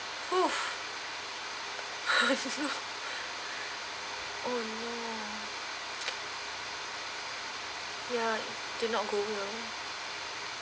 !fuh! oh no ya it did not go well